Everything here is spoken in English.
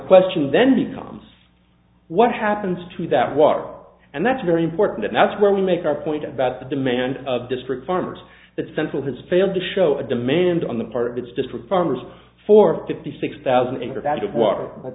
question then becomes what happens to that water flow and that's very important and that's where we make our point about the demand of district farmers that central has failed to show a demand on the part of its district farmers for fifty six thousand acre value of water but